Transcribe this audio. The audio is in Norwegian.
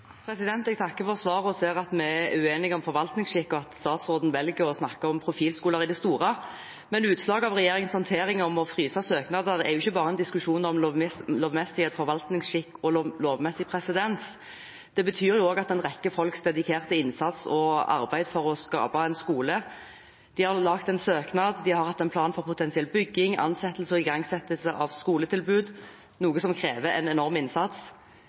Jeg takker for svaret og ser at vi er uenige om forvaltningsskikk. Statsråden velger å snakke om profilskoler i det store. Utslaget av regjeringens håndtering med å fryse søknader er ikke bare en diskusjon om lovmessighet, forvaltningsskikk og lovmessig presedens, det betyr også noe for en rekke folks dedikerte innsats og arbeid for å skape en skole. De har laget en søknad, og de har hatt en plan for potensiell bygging, ansettelser og igangsettelse av skoletilbud, noe som krever en enorm innsats.